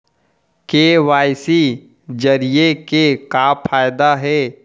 KYC जरिए के का फायदा हे?